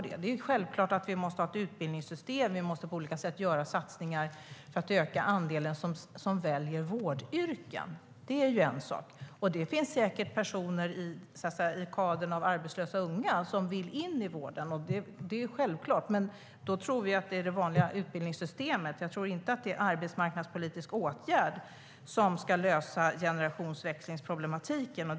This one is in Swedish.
Det är självklart att det måste finnas ett utbildningssystem att satsa på så att en ökad andel ungdomar väljer vårdyrken. Det finns säkert personer i kadern av arbetslösa unga som vill in i vården. Men vi tror att det är det vanliga utbildningssystemet, inte en arbetsmarknadspolitisk åtgärd, som ska lösa problemen i generationsväxlingen.